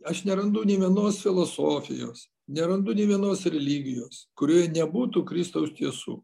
aš nerandu nei vienos filosofijos nerandu nei vienos religijos kurioje nebūtų kristaus tiesų